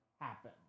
happen